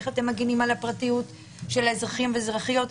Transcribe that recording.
איך אתם מגנים על הפרטיות של האזרחים והאזרחיות?